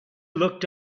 looked